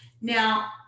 Now